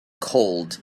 cold